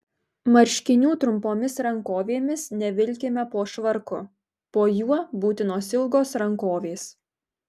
marškinių trumpomis rankovėmis nevilkime po švarku po juo būtinos ilgos rankovės